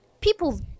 People